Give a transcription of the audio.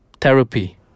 Therapy